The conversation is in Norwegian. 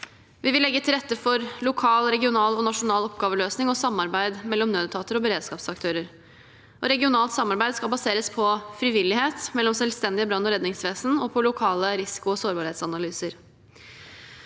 Vi vil legge til rette for lokal, regional og nasjonal oppgaveløsning og samarbeid mellom nødetater og beredskapsaktører. Regionalt samarbeid skal baseres på frivillighet mellom selvstendige brann- og redningsvesen og på lokale risiko- og sårbarhetsanalyser.